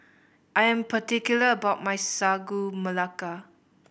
I am particular about my Sagu Melaka